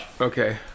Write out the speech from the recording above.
Okay